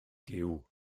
gyw